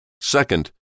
Second